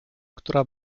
która